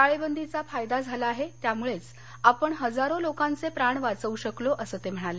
टाळेबंदीचा फायदा झाला आहे त्यामुळेच आपण हजारो लोकांचे प्राण वाचवू शकलो असं ते म्हणाले